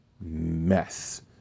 mess